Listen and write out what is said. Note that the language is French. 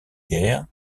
guerre